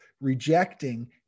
rejecting